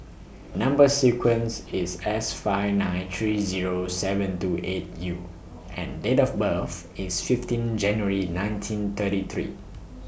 Number sequence IS S five nine three Zero seven two eight U and Date of birth IS fifteen January nineteen thirty three